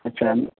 अच्छा